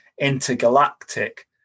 intergalactic